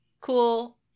cool